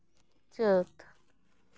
ᱪᱟᱹᱛ